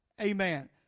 Amen